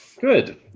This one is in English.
Good